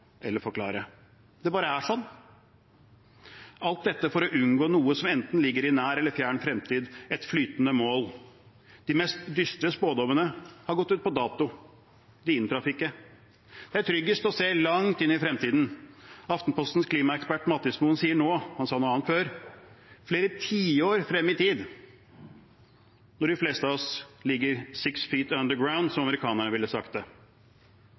eller forklare, det bare er sånn. Og alt dette for å unngå noe som ligger enten i nær eller fjern fremtid, et flytende mål. De mest dystre spådommene har gått ut på dato, de inntraff ikke. Det er tryggest å se langt inn i fremtiden – Aftenpostens klimaekspert Mathismoen sier nå, han sa noe annet før – flere tiår frem i tid, når de fleste av oss ligger «six feet underground», som amerikanerne ville sagt det.